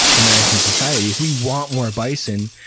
american society. if we want more bison,